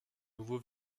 nouveau